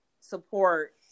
support